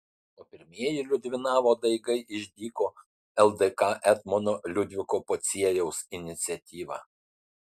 o pirmieji liudvinavo daigai išdygo ldk etmono liudviko pociejaus iniciatyva